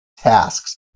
tasks